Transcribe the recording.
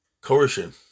coercion